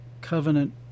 covenant